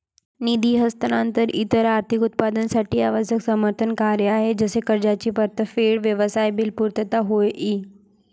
निधी हस्तांतरण इतर आर्थिक उत्पादनांसाठी आवश्यक समर्थन कार्य आहे जसे कर्जाची परतफेड, व्यवसाय बिल पुर्तता होय ई